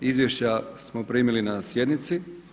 Izvješća smo primili na sjednici.